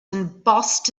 embossed